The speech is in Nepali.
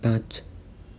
पाँच